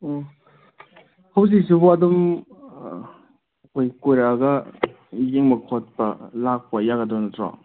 ꯑꯣ ꯍꯨꯖꯤꯛꯁꯤꯕꯣ ꯑꯗꯨꯝ ꯑꯩꯈꯣꯏ ꯀꯣꯏꯔꯛꯑꯒ ꯌꯦꯡꯕ ꯈꯣꯠꯄ ꯂꯥꯛꯄ ꯌꯥꯒꯗꯣꯏ ꯅꯠꯇ꯭ꯔꯣ